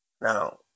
Now